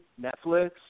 Netflix